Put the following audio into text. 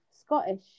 Scottish